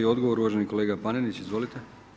I odgovor, uvaženi kolega Panenić, izvolite.